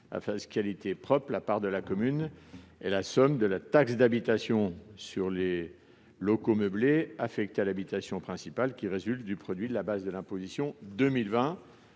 à fiscalité propre correspond à la somme de « la taxe d'habitation sur les locaux meublés affectés à l'habitation principale résultant du produit de la base d'imposition 2020